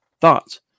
thoughts